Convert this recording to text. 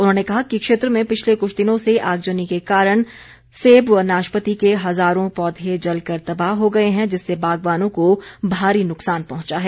उन्होंने कहा कि क्षेत्र में पिछले कुछ दिनों से आगजनी के कारण सेब व नाशपती के हजारों पौधें जलकर तबाह हो गए हैं जिससे बागवानों को भारी नुकसान पहुंचा है